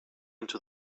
into